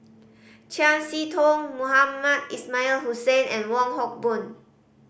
Chiam See Tong Mohamed Ismail Hussain and Wong Hock Boon